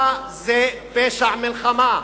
מה זה פשע מלחמה?